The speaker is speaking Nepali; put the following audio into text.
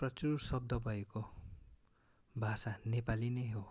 प्रचुर शब्द भएको भाषा नेपाली नै हो